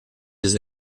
des